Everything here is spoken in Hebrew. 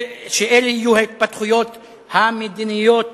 שאלה יהיו ההתפתחויות המדיניות